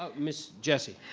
ah ms. jessie.